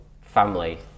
family